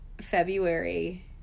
February